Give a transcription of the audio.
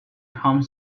home